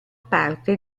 parte